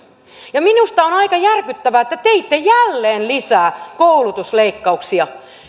ja minusta on on aika järkyttävää että te teitte jälleen lisää koulutusleikkauksia